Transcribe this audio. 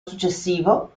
successivo